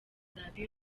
beyonce